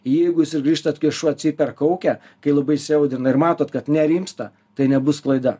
jeigu jūs ir grįžtat kai šuo cypia ir kaukia kai labai įsiaudrina ir matot kad nerimsta tai nebus klaida